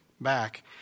back